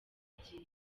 agiye